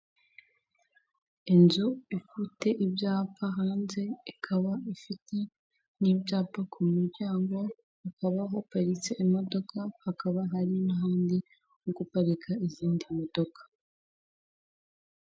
Inzu ifite ibyapa hanze ikaba ifite n'ibyapa ku muryango, hakaba haparitse imodoka hakaba hari n'ahandi ho guparika izindi modoka.